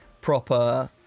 proper